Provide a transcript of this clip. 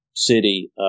city